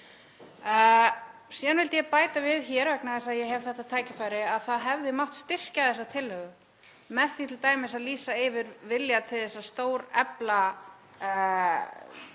Síðan vildi ég bæta við hér, vegna þess að ég hef þetta tækifæri, að það hefði mátt styrkja þessa tillögu með því t.d. að lýsa yfir vilja til að stórefla